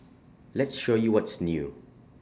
let's show you what's new